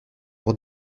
pour